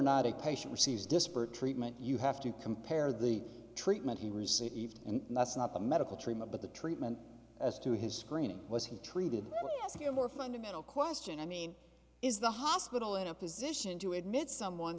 a patient receives disparate treatment you have to compare the treatment he received and that's not a medical treatment but the treatment as to his screening was he treated as if you have more fundamental question i mean is the hospital in a position to admit someone